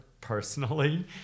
Personally